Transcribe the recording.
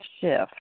shift